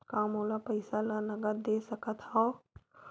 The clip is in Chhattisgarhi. का मोला पईसा ला नगद दे सकत हव?